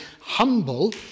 humble